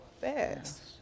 fast